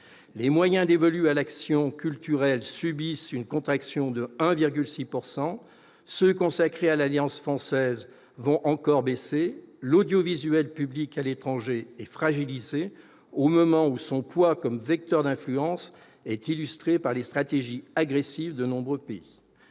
Les moyens dévolus à l'action culturelle subissent une contraction de 1,6 %, ceux qui sont consacrés à l'Alliance française vont encore baisser, l'audiovisuel public à l'étranger est fragilisé, au moment où son poids comme vecteur d'influence est illustré par les stratégies agressives de nombreux pays.